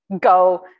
go